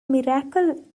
miracle